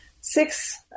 six